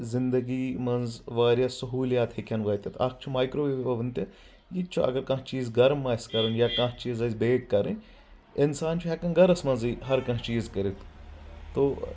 زنٛدگی منٛز واریاہ سہولیات ہیٚکہِ ہن واتتھ اکھ چھِ میکروویو اوُن تہِ یہِ چھُ اگر کانٛہہ چیٖز گرم آسۍ کرُن یا کانٛہہ چیز آسہِ بریک کرٕنۍ انسان چھ ہیٚکان گٔرس منٛزٕے ہر کانٛہہ چیز کرتھ تَو